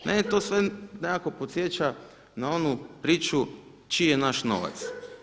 Mene to sve nekako podsjeća na onu priču čiji je naš novac.